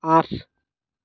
আঠ